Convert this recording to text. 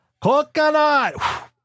Coconut